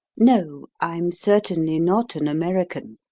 no, i'm certainly not an american,